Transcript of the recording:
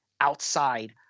outside